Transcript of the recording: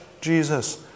Jesus